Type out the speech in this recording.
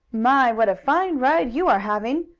my! what a fine ride you are having!